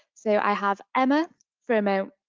so i have emma from, ah